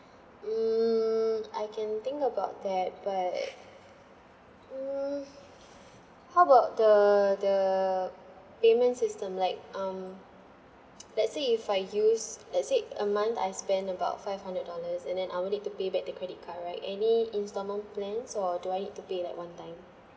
mm I can think about that but mm how about the the payment system like um let's say if I use let's say a month I spend about five hundred dollars and then I only need to pay back the credit card right any instalment plans or do I need to pay like one time